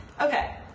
okay